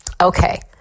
Okay